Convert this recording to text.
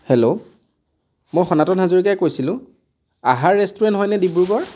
hello মই সনাতন হাজৰিকাই কৈছিলোঁ আহাৰ ৰেষ্টুৰেণ্ট হয়নে ডিব্ৰুগড়